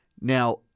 Now